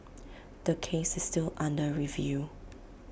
the case is still under review